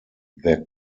their